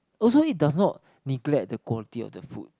also it does not neglect the quality of the food